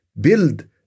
build